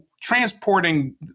Transporting